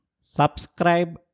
subscribe